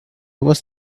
was